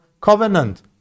covenant